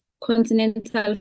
continental